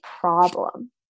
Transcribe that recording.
problem